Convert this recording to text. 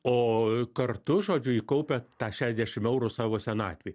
o kartu žodžiu ji kaupia tą šešdešim eurų savo senatvei